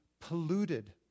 polluted